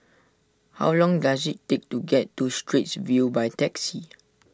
how long does it take to get to Straits View by taxi